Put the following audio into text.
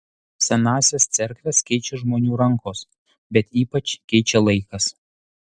senąsias cerkves keičia žmonių rankos bet ypač keičia laikas